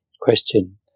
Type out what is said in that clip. Question